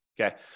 Okay